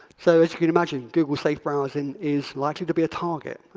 so as you can imagine, google safe browsing is likely to be a target.